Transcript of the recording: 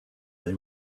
they